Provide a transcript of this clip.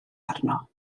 arno